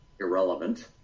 irrelevant